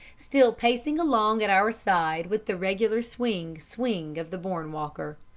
still pacing along at our side with the regular swing, swing of the born walker.